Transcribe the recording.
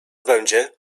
będzie